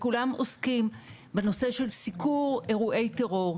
וכולם עוסקים בנושא של סיקור אירועי טרור.